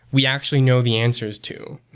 we actually know the answers to.